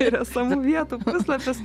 ir esamų vietų puslapius